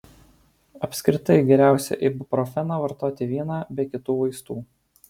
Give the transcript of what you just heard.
apskritai geriausiai ibuprofeną vartoti vieną be kitų vaistų